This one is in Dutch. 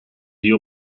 die